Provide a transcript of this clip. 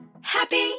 Happy